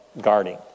guarding